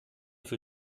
für